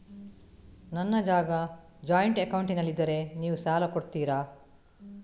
ನನ್ನ ಜಾಗ ಜಾಯಿಂಟ್ ಅಕೌಂಟ್ನಲ್ಲಿದ್ದರೆ ನೀವು ಸಾಲ ಕೊಡ್ತೀರಾ?